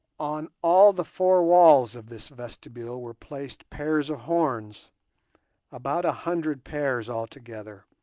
on all the four walls of this vestibule were placed pairs of horns about a hundred pairs altogether,